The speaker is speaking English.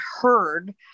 heard